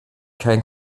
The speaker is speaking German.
kein